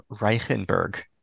Reichenberg